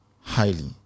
highly